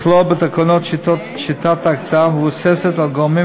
לכלול בתקנות שיטת הקצאה המבוססת על גורמים